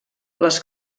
les